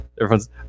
everyone's